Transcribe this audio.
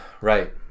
right